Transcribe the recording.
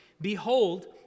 Behold